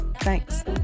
Thanks